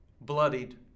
bloodied